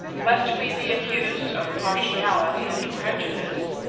lest we be accused of partiality and prejudice,